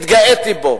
התגאיתי בו.